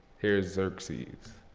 here is xerxes.